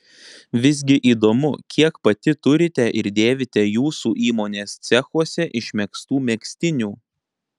visgi įdomu kiek pati turite ir dėvite jūsų įmonės cechuose išmegztų megztinių